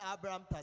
Abraham